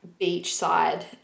beachside